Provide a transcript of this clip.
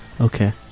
Okay